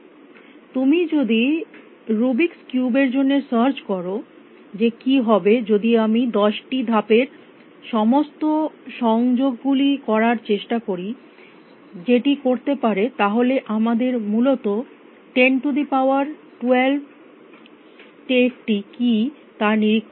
তুমি যদি Rubik's cube এর জন্য সার্চ কর যে কী হবে যদি আমি 10টি ধাপের সমস্ত সংযোগ গুলি করার চেষ্টা করি যেটি করতে পারে তাহলে তোমাদের মূলত 1012 স্টেটটি কী তার নিরীক্ষণ করতে হবে